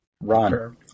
run